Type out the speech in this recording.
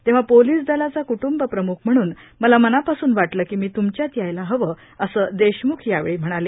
तेव्हा पोलीस दलाचा क्टुंबप्रमुख म्हणून मला मनापासून वाटलं की मी त्मच्यात यायला हवं असे देशम्ख यावेळी म्हणाले